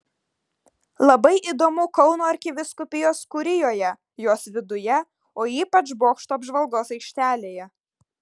labai įdomu kauno arkivyskupijos kurijoje jos viduje o ypač bokšto apžvalgos aikštelėje